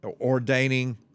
ordaining